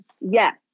Yes